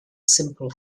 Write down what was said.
simple